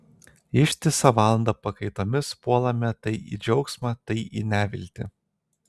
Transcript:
ištisą valandą pakaitomis puolame tai į džiaugsmą tai į neviltį